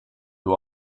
who